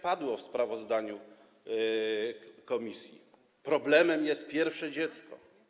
Padło to w sprawozdaniu komisji: problemem jest pierwsze dziecko.